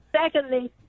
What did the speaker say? secondly